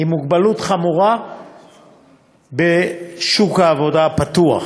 עם מוגבלות חמורה בשוק העבודה הפתוח.